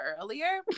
earlier